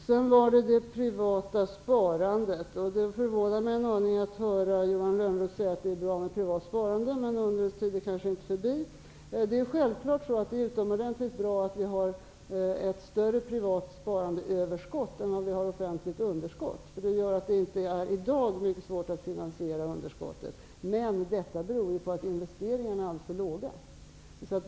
Vidare talades det om det privata sparandet. Det förvånar mig en aning att höra Johan Lönnroth säga att det är bra med ett privat sparande - undrens tid är kanske inte förbi. Självfallet är det utomordentligt bra att vi har ett privatsparandeöverskott som är större än vårt offentliga underskott. Det gör att det i dag inte är så svårt att finansiera underskottet. Men detta beror på att investeringarna är alldeles för små.